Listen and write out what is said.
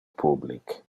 public